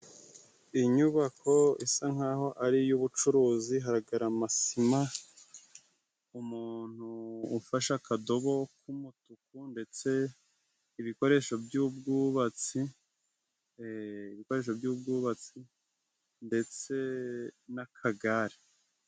Inyubako isa nk'aho ari iy'ubucuruzi, haragara amasima, umuntu ufashe akadobo k'umutuku ndetse ibikoresho by'ubwubatsi, ibikoresho by'ubwubatsi ndetse n'akagare.